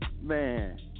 Man